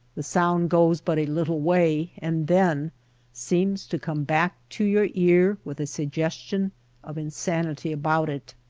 the sound goes but a little way and then seems to come back to your ear with a suggestion of insanity about it.